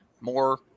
more